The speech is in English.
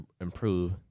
improve